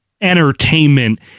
entertainment